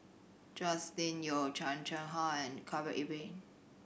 Joscelin Yeo Chan Chang How and Khalil Ibrahim